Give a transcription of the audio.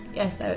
yes, ah